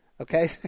Okay